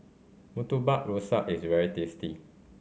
Murtabak Rusa is very tasty